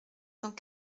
cent